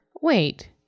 Wait